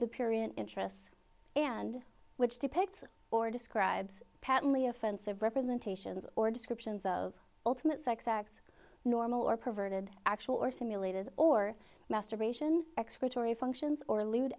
the period interests and which depicts or describes patently offensive representations or descriptions of ultimate sex acts normal or perverted actual or simulated or masturbation excretory functions or lewd